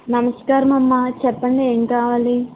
నమస్కారమమ్మా చెప్పండి ఏం కావాలి